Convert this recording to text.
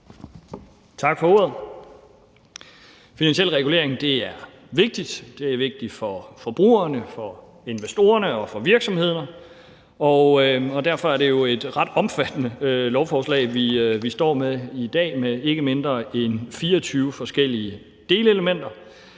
Tak for ordet. Finansiel regulering er vigtigt. Det er vigtigt for forbrugerne, for investorerne og for virksomhederne, og derfor er det jo et ret omfattende lovforslag, vi står med i dag, med ikke mindre end 24 forskellige delelementer.